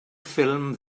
ffilm